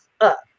up